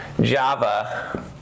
Java